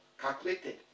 calculated